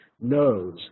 knows